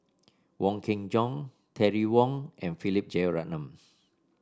Wong Kin Jong Terry Wong and Philip Jeyaretnam